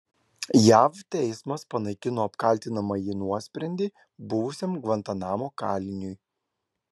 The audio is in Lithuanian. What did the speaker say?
jav teismas panaikino apkaltinamąjį nuosprendį buvusiam gvantanamo kaliniui